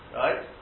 right